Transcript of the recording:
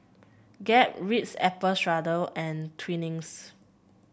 Gap Ritz Apple Strudel and Twinings